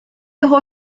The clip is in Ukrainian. його